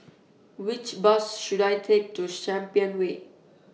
Which Bus should I Take to Champion Way